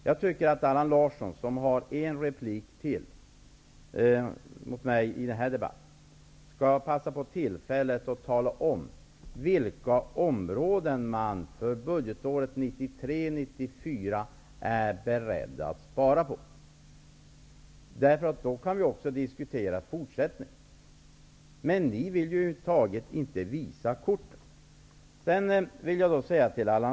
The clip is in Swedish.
Jag tycker att Allan Larsson, som har en replik mot mig kvar i denna debatt, skall passa på tillfället att tala om på vilka områden man är beredd att spara när det gäller budgetåret 1993/94. I så fall kan vi diskutera fortsättningen. Men ni vill ju över huvud taget inte visa era kort.